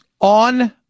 On